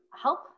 help